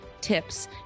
tips